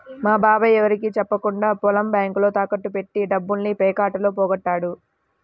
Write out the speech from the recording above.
మా బాబాయ్ ఎవరికీ చెప్పకుండా పొలం బ్యేంకులో తాకట్టు బెట్టి డబ్బుల్ని పేకాటలో పోగొట్టాడు